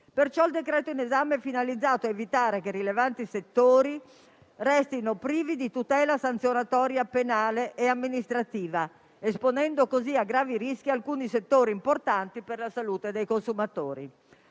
Perciò il decreto in esame è finalizzato a evitare che rilevanti settori restino privi di tutela sanzionatoria penale e amministrativa, esponendo così a gravi rischi per la salute dei consumatori